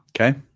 Okay